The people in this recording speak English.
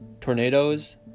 tornadoes